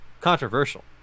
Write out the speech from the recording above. controversial